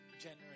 generous